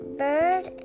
bird